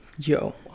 Yo